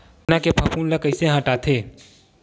चना के फफूंद ल कइसे हटाथे?